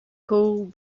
cooled